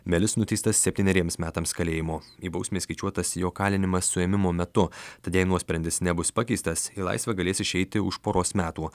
melis nuteistas septyneriems metams kalėjimo į bausmę įskaičiuotas jo kalinimas suėmimo metu tad jei nuosprendis nebus pakeistas į laisvę galės išeiti už poros metų